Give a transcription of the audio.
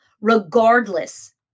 regardless